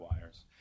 wires